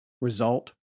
Result